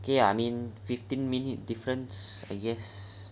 okay I mean fifteen minute difference I guess